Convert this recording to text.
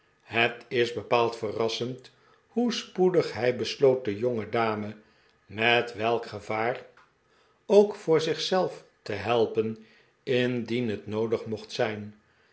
het is bepaald verrassend hoe spoedig hij besloot de jongedame met welk gevaar ook voor zich zelf te helpen indien het noodig mocht zijn